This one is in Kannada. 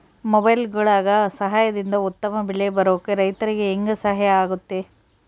ಮೊಬೈಲುಗಳ ಸಹಾಯದಿಂದ ಉತ್ತಮ ಬೆಳೆ ಬರೋಕೆ ರೈತರಿಗೆ ಹೆಂಗೆ ಸಹಾಯ ಆಗುತ್ತೆ?